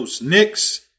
Knicks